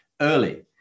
early